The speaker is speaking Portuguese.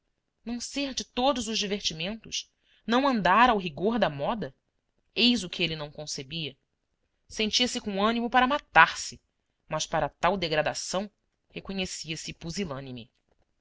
não ser de todos os divertimentos não andar ao rigor da moda eis o que ele não concebia sentia-se com ânimo para matar-se mas para tal degradação reconhecia se pusilânime